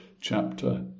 chapter